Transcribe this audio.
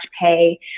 pay